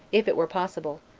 if it were possible,